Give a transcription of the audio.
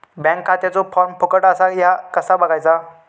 Bank खात्याचो form फुकट असा ह्या कसा बगायचा?